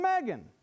Megan